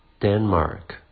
Denmark